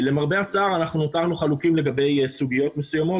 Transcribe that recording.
למרבה הצער אנחנו נותרנו חלוקים לגבי סוגיות מסוימות